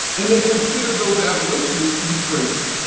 and they considered those abolitionists to be crazy.